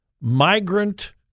migrant